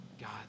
God